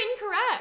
incorrect